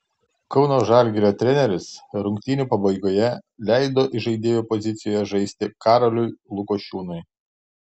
kauno žalgirio treneris rungtynių pabaigoje leido įžaidėjo pozicijoje žaisti karoliui lukošiūnui